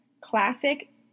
classic